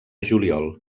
juliol